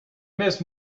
missed